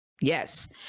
yes